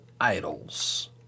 idols